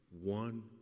one